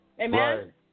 Amen